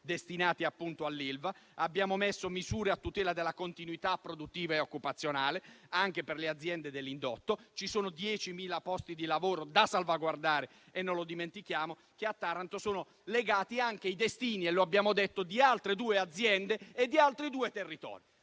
appunto all'Ilva. Abbiamo previsto misure a tutela della continuità produttiva e occupazionale anche per le aziende dell'indotto. Ci sono diecimila posti di lavoro da salvaguardare e noi non lo dimentichiamo, perché a Taranto sono legati anche i destini di altre due aziende e di altri due territori.